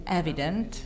evident